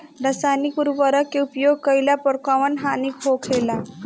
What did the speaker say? रसायनिक उर्वरक के उपयोग कइला पर कउन हानि होखेला?